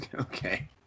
okay